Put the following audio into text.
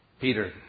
Peter